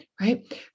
right